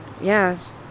Yes